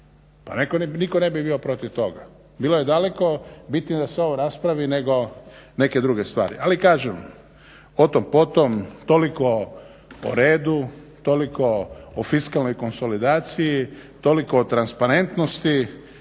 pa nitko ne bi bio protiv toga. Bilo je daleko bitnije da se ovo raspravi nego neke druge stvari, ali kažem o tom potom, toliko o redu, toliko o fiskalnoj konsolidaciji, toliko o transparentnosti